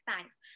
thanks